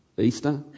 Easter